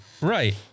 Right